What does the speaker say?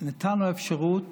נתנו אפשרות